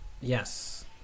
Yes